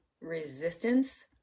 resistance